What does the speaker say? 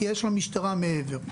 כי יש למשטרה מעבר.